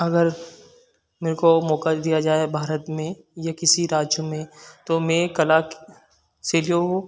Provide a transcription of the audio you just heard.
अगर मेरे को मौका दिया जाए भारत में या किसी राज्य में तो मैं कला क से जो